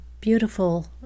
beautiful